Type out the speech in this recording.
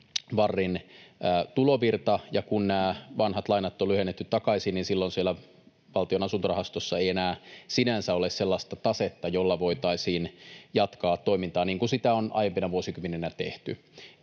VARin tulovirta. Ja kun nämä vanhat lainat on lyhennetty takaisin, niin silloin siellä Valtion asuntorahastossa ei enää sinänsä ole sellaista tasetta, jolla voitaisiin jatkaa toimintaa niin kuin sitä on aiempina vuosikymmeninä tehty